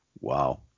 Wow